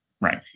right